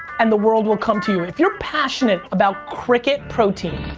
and the world will come to you. if you're passionate about cricket protein,